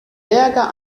berger